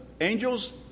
angels